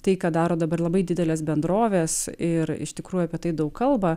tai ką daro dabar labai didelės bendrovės ir iš tikrųjų apie tai daug kalba